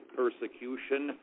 persecution